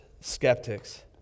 skeptics